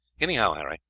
anyhow, harry,